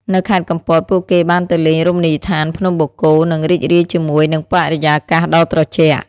នៅខេត្តកំពត ពួកគេបានទៅលេងរមណីយដ្ឋានភ្នំបូកគោ និងរីករាយជាមួយនឹងបរិយាកាសដ៏ត្រជាក់។